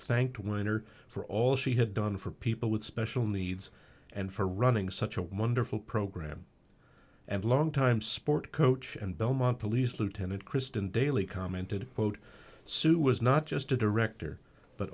thanked weiner for all she had done for people with special needs and for running such a wonderful program and longtime sport coach and belmont police lieutenant kristen daly commented quote sue was not just a director but